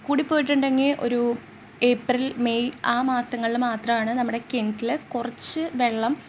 കൂടിപോയിട്ടുണ്ടെങ്കിൽ ഒരു April May ആ മാസങ്ങളിൽ മാത്രമാണ് നമ്മുടെ കിണറ്റിൽ കുറച്ച് വെള്ളം